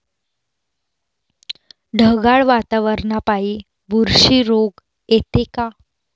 ढगाळ वातावरनापाई बुरशी रोग येते का?